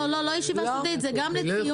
זאת לא ישיבה סודית, זה גם לדיון.